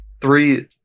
three